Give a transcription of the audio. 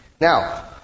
Now